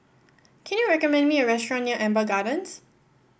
can you recommend me a restaurant near Amber Gardens